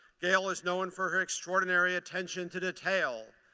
gail is known for her extraordinary attention to detail.